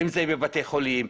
אם זה בבתי חולים,